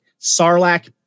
Sarlacc